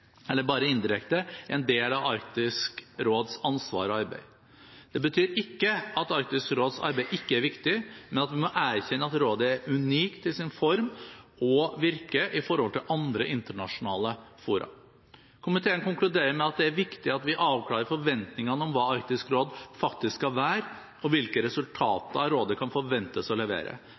en del av Arktisk råds ansvar og arbeid. Det betyr ikke at Arktisk råds arbeid ikke er viktig, men at vi må erkjenne at rådet er unikt i sin form og sitt virke i forhold til andre internasjonale fora. Komiteen konkluderer med at det er viktig at vi avklarer forventninger om hva Arktisk råd faktisk skal være, og hvilke resultater rådet kan forventes å levere.